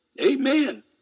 Amen